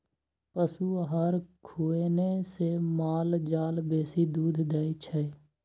पशु आहार खुएने से माल जाल बेसी दूध दै छै